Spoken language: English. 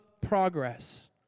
progress